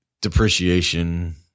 Depreciation